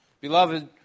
Beloved